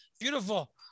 Beautiful